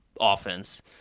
offense